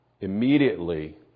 immediately